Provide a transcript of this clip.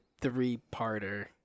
three-parter